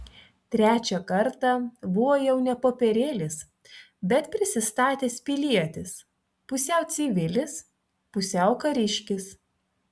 trečią kartą buvo jau ne popierėlis bet prisistatęs pilietis pusiau civilis pusiau kariškis